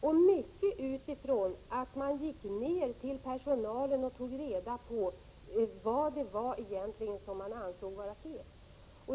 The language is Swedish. Det berodde till stor del på att man vände sig till personalen och tog reda på vad den ansåg vara fel.